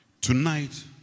Tonight